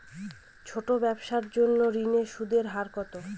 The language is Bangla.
ছোট ব্যবসার জন্য ঋণের সুদের হার কত?